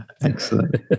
Excellent